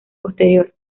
posterior